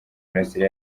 mirasire